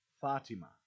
Fatima